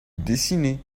dessiner